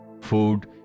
food